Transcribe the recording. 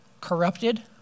corrupted